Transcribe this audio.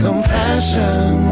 Compassion